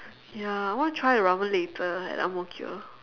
ya I want to try the ramen later at ang-mo-kio